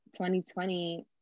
2020